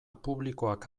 publikoak